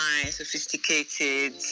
sophisticated